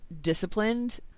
disciplined